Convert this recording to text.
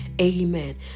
amen